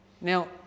Now